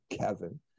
kevin